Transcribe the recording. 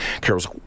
Carol's